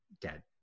dead